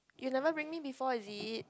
you never bring me before is it